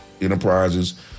Enterprises